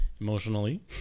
emotionally